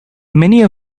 many